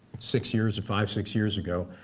six years five, six years ago.